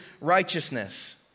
righteousness